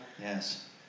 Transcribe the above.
Yes